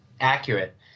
accurate